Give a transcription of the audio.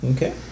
Okay